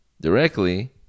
directly